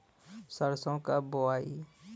सरसो कब बोआई?